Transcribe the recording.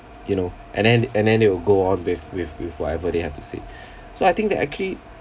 you know and then and then they will go on with with with whatever they have to say so I think that actually